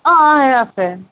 অ অ আছে